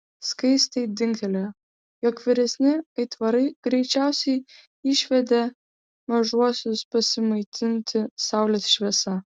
skaistei dingtelėjo jog vyresni aitvarai greičiausiai išvedė mažuosius pasimaitinti saulės šviesa